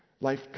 Life